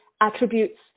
attributes